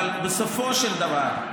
בסופו של דבר,